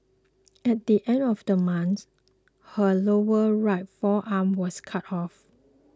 at the end of the month her lower right forearm was cut off